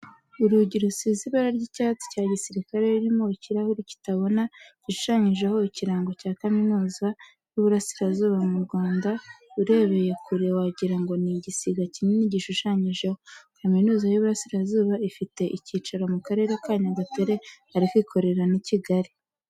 Urugi rusize ibara ry'icyatsi cya gisirikare, rurimo ikirahure kitabona gishushanyijeho ikirango cya kaminuza y'Uburasirazuba mu Rwanda. Urebeye kure wagira ngo ni igisiga kinini gishushanyijeho. Kaminuza y'Uburasirazuba ifite icyicaro mu Karere ka Nyagatare ariko ikorera n'i Kigali.